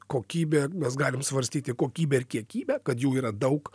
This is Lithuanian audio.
kokybė mes galim svarstyti kokybę ir kiekybę kad jų yra daug